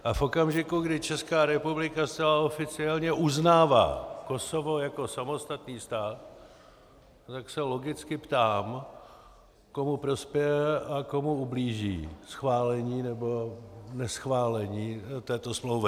A v okamžiku, kdy Česká republika zcela oficiálně uznává Kosovo jako samostatný stát, tak se logicky ptám, komu prospěje a komu ublíží schválení nebo neschválení této smlouvy.